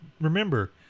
remember